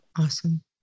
Awesome